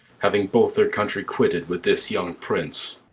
having both their country quitted with this young prince.